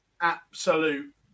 absolute